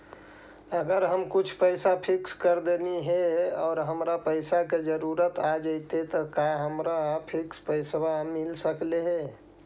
अगर हम कुछ पैसा फिक्स कर देली हे और हमरा पैसा के जरुरत आ जितै त का हमरा फिक्स पैसबा मिल सकले हे?